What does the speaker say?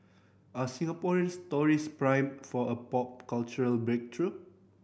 are Singaporean stories primed for a pop cultural breakthrough